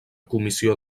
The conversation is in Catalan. comissió